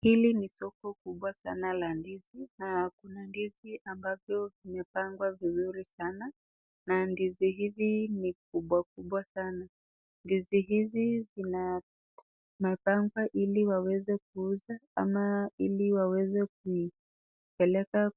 Hili ni soko kubwa sana la ndizi na kuna ndizi ambazo zimepangwa vizuri sana na ndizi hizi ni kubwa kubwa sana. Ndizi hizi zimepangwa ili waweze kuuza ama ili waweze kuipeleka